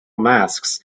masks